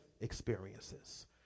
experiences